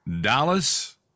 Dallas